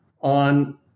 on